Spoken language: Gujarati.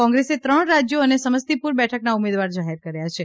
કોંગ્રેસે ત્રણ રાજયો અને સમસ્તીપુર બેઠકના ઉમેદવાર જાહેર કર્યા છે